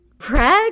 craig